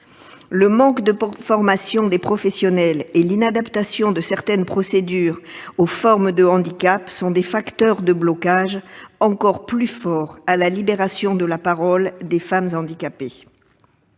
Le manque de formation des professionnels et l'inadaptation de certaines procédures aux formes de handicap sont des facteurs de blocage encore plus forts de la libération de la parole des femmes handicapées.